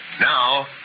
Now